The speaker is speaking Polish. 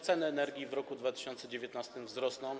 Ceny energii w roku 2019 wzrosną.